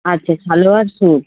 আচ্ছা সালোয়ার সুট